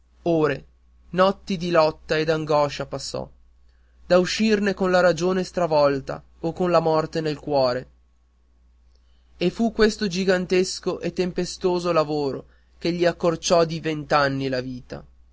ore notti di lotta e d'angoscia passò da uscirne con la ragione stravolta o con la morte nel cuore e fu questo gigantesco e tempestoso lavoro che gli accorciò di vent'anni la vita